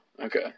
Okay